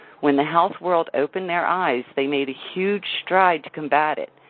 when the health world opened their eyes, they made a huge stride to combat it.